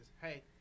hey